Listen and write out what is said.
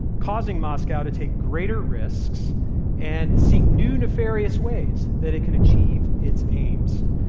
causing moscow to take greater risks and seek new nefarious ways that it can achieve its aims.